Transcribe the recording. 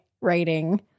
writing